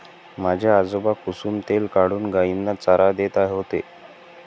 माझे आजोबा कुसुम तेल काढून गायींना चारा देत होते